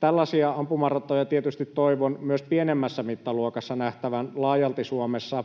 Tällaisia ampumaratoja tietysti toivon myös pienemmässä mittaluokassa nähtävän laajalti Suomessa.